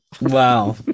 Wow